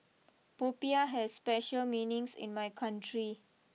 Popiah has special meanings in my country